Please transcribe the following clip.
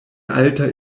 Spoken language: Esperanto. alta